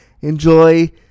Enjoy